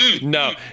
No